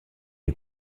est